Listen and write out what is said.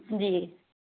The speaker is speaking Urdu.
جی